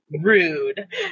Rude